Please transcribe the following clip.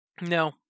No